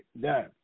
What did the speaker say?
done